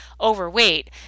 overweight